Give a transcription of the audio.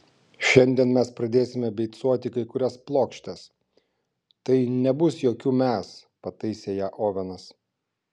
šiandien mes pradėsime beicuoti kai kurias plokštes tai nebus jokių mes pataisė ją ovenas